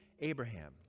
abraham